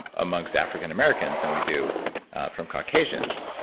amongst african americans than we do from caucasians.